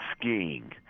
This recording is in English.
skiing